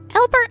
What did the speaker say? Albert